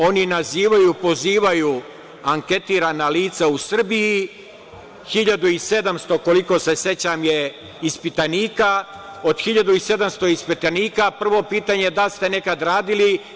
Oni nazivaju anketirana lica u Srbiji 1700 koliko se sećam je ispitanika, od 1700 ispitanika prvo je pitanje da li ste nekad radili.